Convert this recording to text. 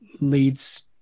leads